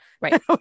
Right